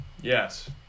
Yes